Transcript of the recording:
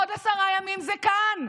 עוד עשרה ימים זה כאן.